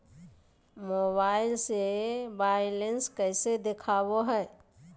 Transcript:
Mobile से balance कैसे देखाबो है?